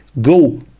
go